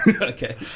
Okay